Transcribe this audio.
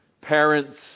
Parents